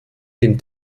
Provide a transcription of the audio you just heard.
den